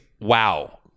Wow